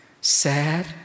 sad